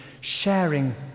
sharing